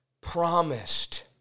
promised